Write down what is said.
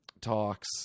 talks